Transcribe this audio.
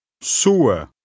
Sua